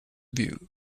view